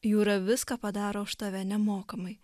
jūra viską padaro už tave nemokamai